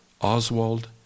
Oswald